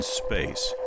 space